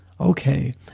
Okay